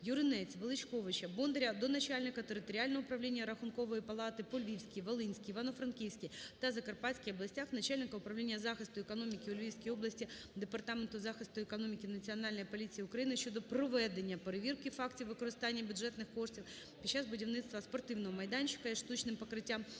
(Юринець, Величковича, Бондаря) до начальника територіального управління Рахункової палати по Львівській, Волинській, Івано-Франківській та Закарпатській областях, начальника Управління захисту економіки у Львівській області Департаменту захисту економіки Національної поліції України щодо проведення перевірки фактів використання бюджетних коштів під час будівництва спортивного майданчика із штучним покриттям